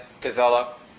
develop